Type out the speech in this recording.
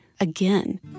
again